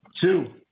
two